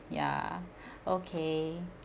ya okay